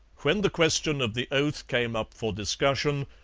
when the question of the oath came up for discussion,